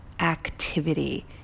Activity